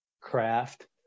craft